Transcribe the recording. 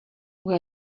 who